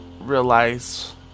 realize